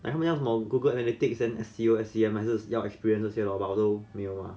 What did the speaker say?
like I hear from google analytics then S C O S C M 还是要 experiences 这些 lor but 我都没有 mah